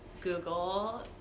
Google